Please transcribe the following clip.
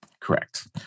Correct